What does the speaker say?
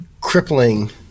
crippling